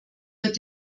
wird